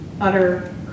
utter